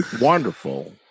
wonderful